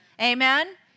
Amen